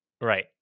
Right